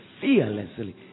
fearlessly